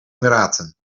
emiraten